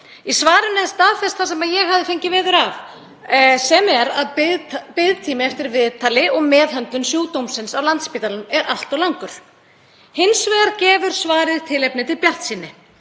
Í svarinu er staðfest það sem ég hafði fengið veður af, sem er að biðtími eftir viðtali og meðhöndlun sjúkdómsins á Landspítalanum er allt of langur. Hins vegar gefur svarið tilefni til bjartsýni.